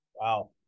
Wow